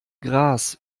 gras